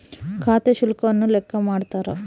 ಖಾತೆ ಶುಲ್ಕವನ್ನು ಲೆಕ್ಕ ಮಾಡ್ತಾರ